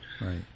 Right